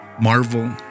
Marvel